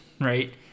right